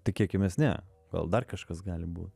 tikėkimės ne gal dar kažkas gali būt